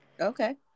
Okay